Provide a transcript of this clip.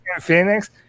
Phoenix